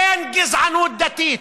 אין גזענות דתית,